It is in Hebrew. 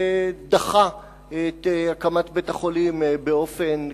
ודחה את הקמת בית-החולים באופן כזה,